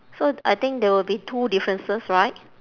so I think there will be two differences right